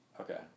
Okay